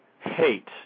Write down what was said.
hate